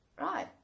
right